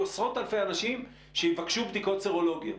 עשרות אלפי אנשים שיבקשו בדיקות סרולוגיות.